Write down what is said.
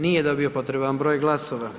Nije dobio potreban broj glasova.